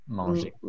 manger